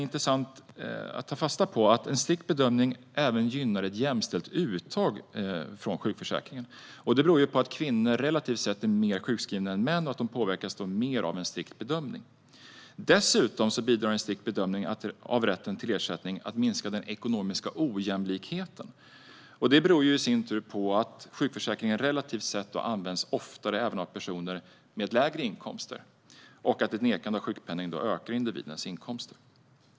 Intressant är också att en strikt bedömning gynnar ett jämställt uttag från sjukförsäkringen. Det beror på att kvinnor relativt sett är sjukskrivna mer än män och därför påverkas mer av en strikt bedömning. Dessutom bidrar en strikt bedömning av rätten till ersättning till att minska den ekonomiska ojämlikheten. Det beror på att sjukförsäkringen relativt sett oftare används av personer med lägre inkomster och att ett nekande av sjukpenning då ökar individens inkomster.